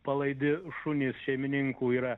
palaidi šunys šeimininkų yra